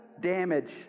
Damage